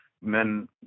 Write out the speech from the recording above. men